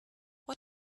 what